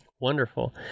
Wonderful